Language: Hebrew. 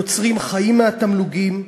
היוצרים חיים מהתמלוגים,